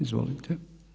Izvolite.